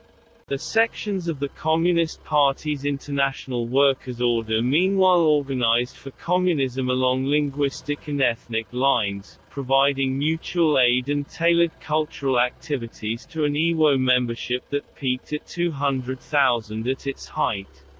the sections of the communist party's international workers order meanwhile organized for communism along linguistic and ethnic lines, providing mutual aid and tailored cultural activities to an iwo membership that peaked at two hundred thousand at its height.